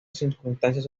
circunstancias